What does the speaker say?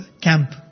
camp